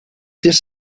this